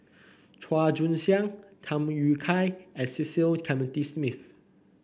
Chua Joon Siang Tham Yui Kai and Cecil Clementi Smith